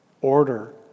order